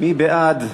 מי בעד?